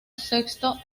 sexto